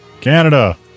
Canada